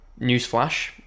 Newsflash